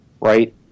right